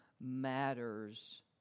matters